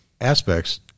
aspects